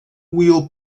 wheel